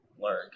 learn